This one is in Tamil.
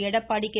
எடப்பாடி கே